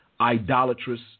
idolatrous